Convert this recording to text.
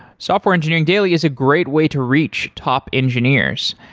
software engineering daily is a great way to reach top engineers.